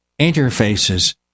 interfaces